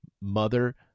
mother